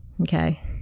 okay